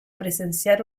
presenciar